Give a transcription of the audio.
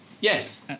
Yes